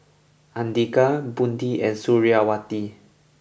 Andika Budi and Suriawati